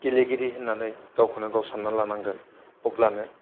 गेलेगिरि होन्नानै गावखौनो गाव सान्ना लानांगोन अब्लानो